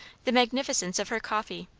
the magnificence of her coffee,